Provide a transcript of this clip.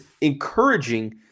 encouraging